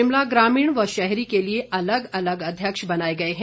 शिमला ग्रामीण व शहरी के लिए अलग अलग अध्यक्ष बनाए गए हैं